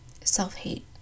self-hate